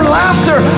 laughter